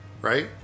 Right